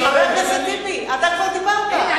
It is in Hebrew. חבר הכנסת טיבי, אתה כבר דיברת.